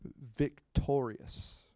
victorious